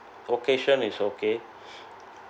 location is okay